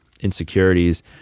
insecurities